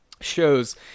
shows